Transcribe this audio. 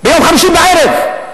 ביום חמישי בערב.